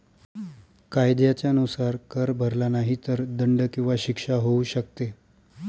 कायद्याच्या नुसार, कर भरला नाही तर दंड किंवा शिक्षा होऊ शकते